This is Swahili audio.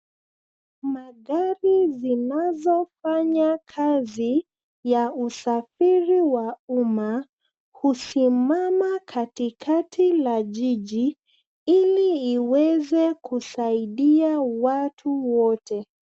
Magari zinazofanya kazi ya usafiri wa umma husimama katikati la jiji ili iweze kusaidia watu wote.